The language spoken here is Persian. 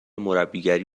مربیگری